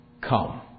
Come